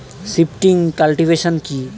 Shifting cultivation কি?